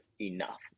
enough